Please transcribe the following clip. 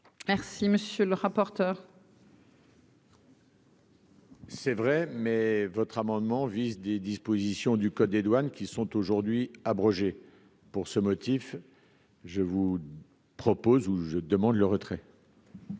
Merci, monsieur le rapporteur. C'est vrai, mais votre amendement vise des dispositions du code des douanes qui sont aujourd'hui pour ce motif, je vous propose ou je demande le retrait.